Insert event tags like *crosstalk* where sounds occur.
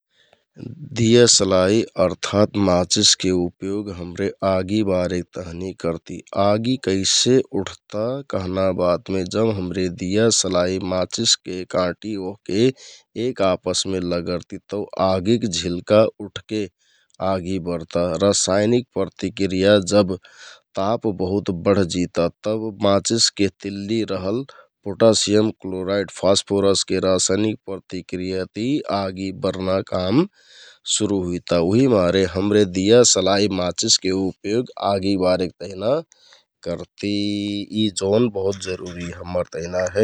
दिया सलाइ अर्थात माचिसके उपयोग हमरे आगि बारेक तहनि करति । आगि कैसे उठ्ता कहना बातमे जब हमरे दिया सलाइ, माचिसके काँटि ओहके एक आपसमे लगरति तौ आगिक झिल्का उठके आगि बरता । रसायनिक प्रतिक्रिया जब ताप बहुत बढजिता तौ माचिसके तिल्लि रहल पोटासियम क्लोराइड, फस्फोरसके रसायनिक प्रतिक्रियाति आगि बरना काम सुरु हुइता उहिमारे हमरे दिया सलाइ माचिसके उपयोग आगि बारेक तेहना करति । यि जौन *noise* बहुत जरुरि हम्मर तहना हे ।